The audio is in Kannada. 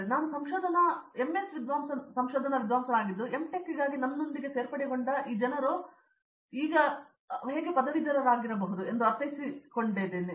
ನಾನು ಎಮ್ಎಸ್ ಸಂಶೋಧನಾ ವಿದ್ವಾಂಸನಾಗಿದ್ದು ಎಮ್ ಟೆಕ್ಗಾಗಿ ನನ್ನೊಂದಿಗೆ ಸೇರ್ಪಡೆಗೊಂಡ ಈ ಜನರು ಈಗ ಅವರಿಂದ ಪದವೀಧರರಾಗಿರಬಹುದು ಎಂದು ನಾನು ಅರ್ಥೈಸಿದಂತೆ ಎರಡನೆಯ ವಿಷಯವಾಗಿದೆ